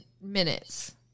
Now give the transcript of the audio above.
minutes